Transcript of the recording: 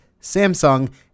Samsung